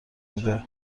میده